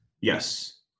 Yes